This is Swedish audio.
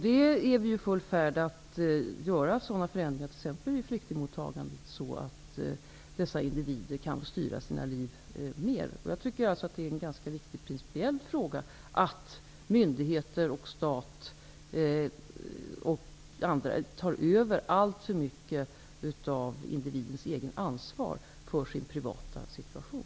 Vi är i full färd med att göra förändringar, t.ex. vid flyktingmottagandet, så att dessa individer kan få styra sina liv mer. Det är en ganska viktig principiell fråga att myndigheter, stat och andra inte tar över alltför mycket av individens eget ansvar för sin privata situation.